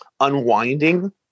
unwinding